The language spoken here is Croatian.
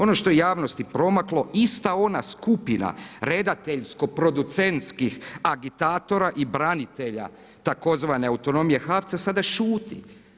Ono što je javnosti promaklo, ista ona skupina, redateljsko producentskih agitatora i branitelja, tzv. autonomije HAVC-a sada šuti.